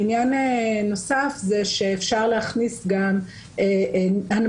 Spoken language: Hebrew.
עניין נוסף הוא שאפשר להכניס גם הנמקה